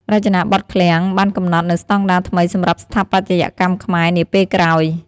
រចនាបថឃ្លាំងបានកំណត់នូវស្តង់ដារថ្មីសម្រាប់ស្ថាបត្យកម្មខ្មែរនាពេលក្រោយ។